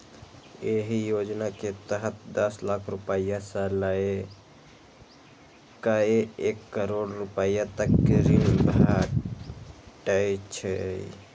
एहि योजना के तहत दस लाख रुपैया सं लए कए एक करोड़ रुपैया तक के ऋण भेटै छै